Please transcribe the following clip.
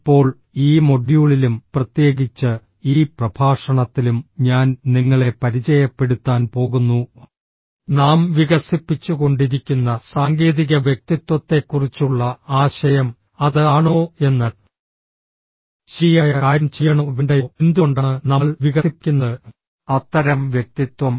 ഇപ്പോൾ ഈ മൊഡ്യൂളിലും പ്രത്യേകിച്ച് ഈ പ്രഭാഷണത്തിലും ഞാൻ നിങ്ങളെ പരിചയപ്പെടുത്താൻ പോകുന്നു നാം വികസിപ്പിച്ചുകൊണ്ടിരിക്കുന്ന സാങ്കേതിക വ്യക്തിത്വത്തെക്കുറിച്ചുള്ള ആശയം അത് ആണോ എന്ന് ശരിയായ കാര്യം ചെയ്യണോ വേണ്ടയോ എന്തുകൊണ്ടാണ് നമ്മൾ വികസിപ്പിക്കുന്നത് അത്തരം വ്യക്തിത്വം